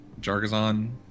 Jargazon